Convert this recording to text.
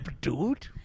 dude